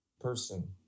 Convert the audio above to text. person